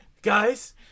Guys